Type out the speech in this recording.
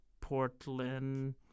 Portland